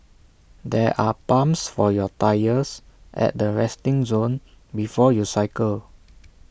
there are pumps for your tyres at the resting zone before you cycle